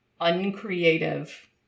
uncreative